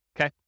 okay